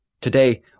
Today